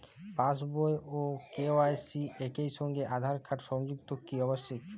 পাশ বই ও কে.ওয়াই.সি একই সঙ্গে আঁধার কার্ড সংযুক্ত কি আবশিক?